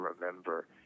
remember